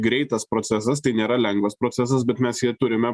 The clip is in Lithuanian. greitas procesas tai nėra lengvas procesas bet mes jį turime